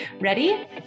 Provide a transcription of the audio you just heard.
Ready